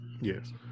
yes